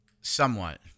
Somewhat